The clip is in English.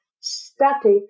static